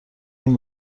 این